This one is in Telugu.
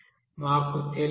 మాకు తెలియదు